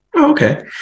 Okay